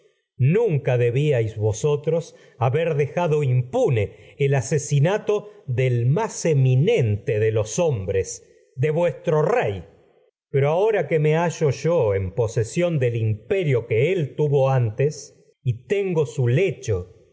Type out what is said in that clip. nunca debíais vosotros haber dejado im pune el asesinato del más eminente de los rey hombres de en vuestro pero que ahora tuvo que me hallo yo posesión del imperio él antes y y tengo su lecho y